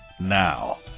now